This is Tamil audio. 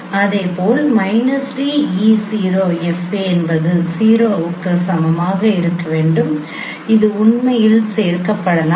இதேபோல் d e 0FA என்பது 0 க்கு சமமாக இருக்க வேண்டும் இது உண்மையில் சேர்க்கப்படலாம்